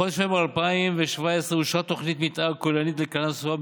בחודש פברואר 2017 אושרה תוכנית מתאר כוללנית בקלנסווה,